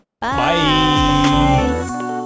bye